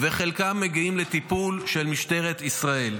וחלקם מגיעים לטיפול של משטרת ישראל.